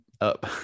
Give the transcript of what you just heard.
up